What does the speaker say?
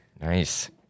Nice